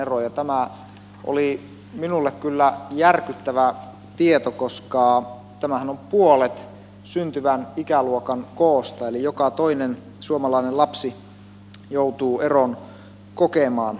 tämä oli minulle kyllä järkyttävä tieto koska tämähän on puolet syntyvän ikäluokan koosta eli joka toinen suomalainen lapsi joutuu eron kokemaan